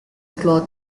cloth